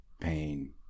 pain